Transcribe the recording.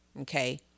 okay